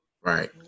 Right